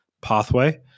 pathway